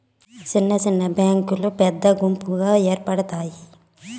సిన్న సిన్న బ్యాంకులు పెద్ద గుంపుగా ఏర్పడుతాయి